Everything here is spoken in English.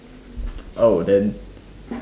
oh then